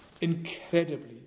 incredibly